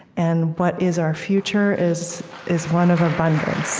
and what is our future is is one of abundance